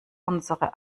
unsere